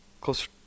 closer